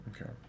Okay